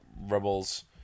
Rebels